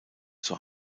zur